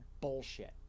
bullshit